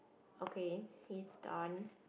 okay he done